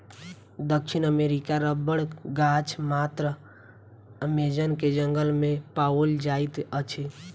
दक्षिण अमेरिकी रबड़क गाछ मात्र अमेज़न के जंगल में पाओल जाइत अछि